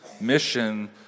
mission